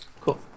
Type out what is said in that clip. Cool